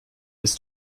ist